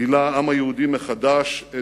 גילה העם היהודי מחדש את